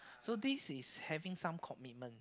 so this is having some commitments